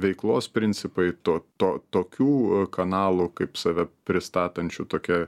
veiklos principai to to tokių kanalų kaip save pristatančių tokia